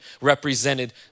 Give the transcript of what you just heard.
represented